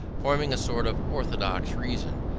forming a sort of orthodox reason,